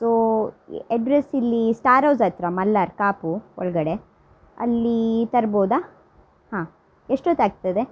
so address ಇಲ್ಲಿ star house ಹತ್ರ ಮಲ್ಲಾರ್ ಕಾಪು ಒಳಗಡೆ ಅಲ್ಲಿ ತರ್ಬೋದಾ ಹಾಂ ಎಷ್ಟೊತ್ತಾಗ್ತದೆ